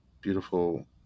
beautiful